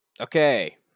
Okay